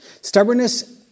Stubbornness